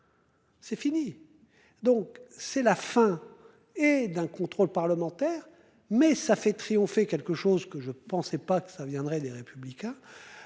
C'est fini. Donc c'est la fin et d'un contrôle parlementaire. Mais ça fait triompher quelque chose que je pensais pas que ça viendrait des républicains.